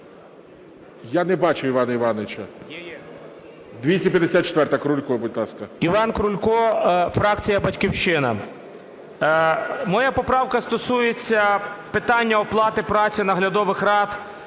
Я не бачу Івана Івановича. 254-а, Крулько, будь ласка. 16:52:19 КРУЛЬКО І.І. Іван Крулько, фракція "Батьківщина". Моя поправка стосується питання оплати праці наглядових рад